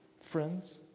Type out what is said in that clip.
friends